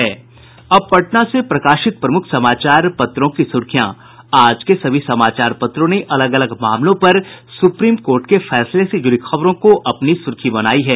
अब पटना से प्रकाशित प्रमुख समाचार पत्रों की सुर्खियां आज के सभी समाचार पत्रों ने अलग अलग मामलों पर सुप्रीम कोर्ट के फैसले से जुड़ी खबरों को अपनी सुर्खी बनायी है